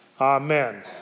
Amen